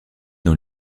dans